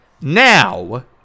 Now